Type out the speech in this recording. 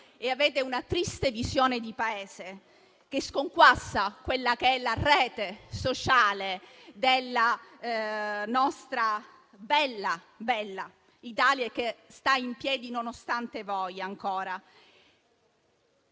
e avete una triste visione di Paese, che sconquassa quella che è la rete sociale della nostra bella Italia che ancora sta in piedi, nonostante voi.